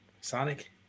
sonic